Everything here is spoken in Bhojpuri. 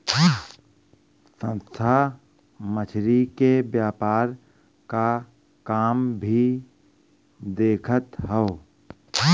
संस्था मछरी के व्यापार क काम भी देखत हौ